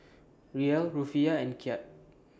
Riel Rufiyaa and Kyat